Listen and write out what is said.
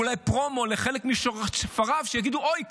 ואולי פרומו לחלק משופריו שיגידו: אוי,